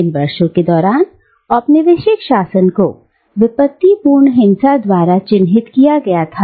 इन वर्षों के दौरान औपनिवेशिक शासन को विपत्ति पूर्ण हिंसा द्वारा चिन्हित किया गया था